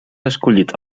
escollit